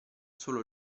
solo